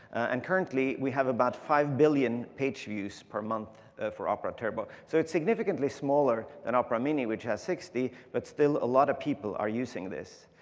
and currently we have about five billion page views per month for opera turbo. so it's significantly smaller than opera mini, which has sixty, but still a lot of people are using this.